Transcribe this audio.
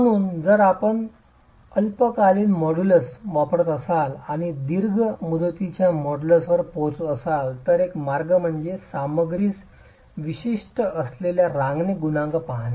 म्हणून जर आपण अल्पकालीन मॉड्यूलस वापरत असाल आणि दीर्घ मुदतीच्या मॉड्यूलसवर पोहोचत असाल तर एक मार्ग म्हणजे सामग्रीस विशिष्ट असलेल्या रांगणे गुणांक पाहणे